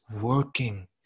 working